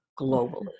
globally